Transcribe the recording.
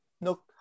No